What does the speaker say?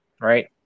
right